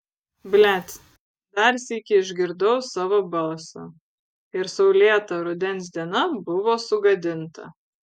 blet dar sykį išgirdau savo balsą ir saulėta rudens diena buvo sugadinta